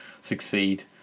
succeed